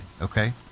okay